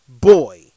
boy